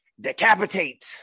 Decapitate